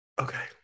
Okay